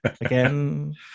again